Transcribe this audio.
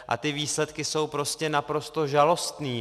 A ty výsledky jsou prostě naprosto žalostné.